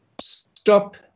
stop